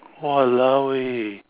!walao! eh